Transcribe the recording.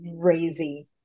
crazy